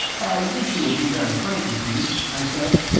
i wish you would be very frank with me, i said.